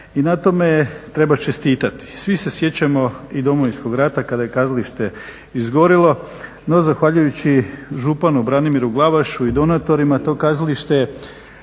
i na tome joj treba čestitati. Svi se sjećamo i Domovinskog rata kada je kazalište izgorilo. No zahvaljujući županu Branimiru Glavašu i donatorima to kazalište